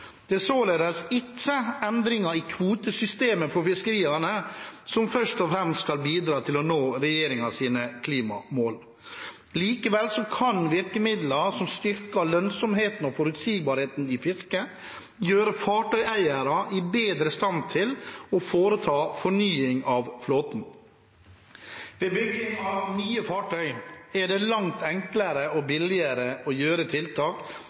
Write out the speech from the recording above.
Det er således ikke endringene i kvotesystemet for fiskeriene som først og fremst skal bidra til å nå regjeringens klimamål. Likevel kan virkemidler som styrker lønnsomheten og forutsigbarheten i fisket, gjøre fartøyeiere i bedre stand til å foreta en fornying av flåten. Ved bygging av nye fartøy er det langt enklere og billigere å gjøre tiltak